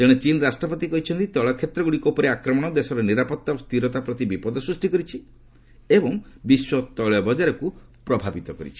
ତେଣେ ଚୀନ୍ ରାଷ୍ଟ୍ରପତି କହିଛନ୍ତି ତେଳ କ୍ଷେତ୍ରଗୁଡ଼ିକ ଉପରେ ଆକ୍ରମଣ ଦେଶର ନିରାପତ୍ତା ଓ ସ୍ଥିରତା ପ୍ରତି ବିପଦ ସୃଷ୍ଟି କରିଛି ଏବଂ ବିଶ୍ୱ ତୈଳ ବକାରକୁ ପ୍ରଭାବିତ କରିଛି